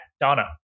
Donna